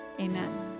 amen